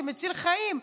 שמציל חיים,